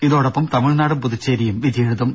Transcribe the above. ഇതോടൊപ്പം തമിഴ്നാടും പുതുച്ചേരിയും വിധിയെഴുതും